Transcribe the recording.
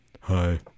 Hi